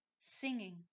singing